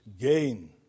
gain